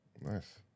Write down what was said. Nice